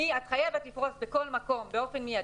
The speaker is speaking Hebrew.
מזה שאת חייבת לפרוס בכל מקום באופן מיידי,